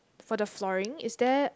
for the flooring is there